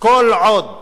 כל עוד